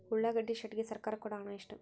ಉಳ್ಳಾಗಡ್ಡಿ ಶೆಡ್ ಗೆ ಸರ್ಕಾರ ಕೊಡು ಹಣ ಎಷ್ಟು?